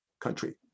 country